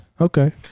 Okay